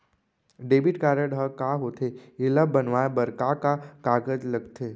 Debit card ह का होथे एला बनवाए बर का का कागज लगथे?